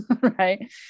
right